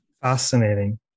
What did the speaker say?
Fascinating